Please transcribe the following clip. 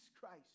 Christ